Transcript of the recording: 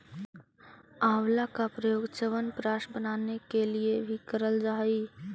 आंवला का प्रयोग च्यवनप्राश बनाने के लिए भी करल जा हई